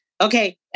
Okay